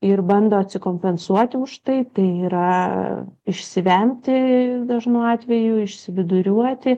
ir bando atsikompensuoti už tai tai yra išsivemti dažnu atveju išsividuriuoti